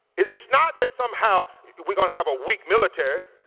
it's not that somehow we gonna have a weak military,